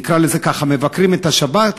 נקרא לזה ככה, מבקרים את השב"כ,